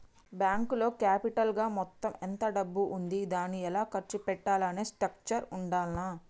బ్యేంకులో క్యాపిటల్ గా మొత్తం ఎంత డబ్బు ఉంది దాన్ని ఎలా ఖర్చు పెట్టాలి అనే స్ట్రక్చర్ ఉండాల్ల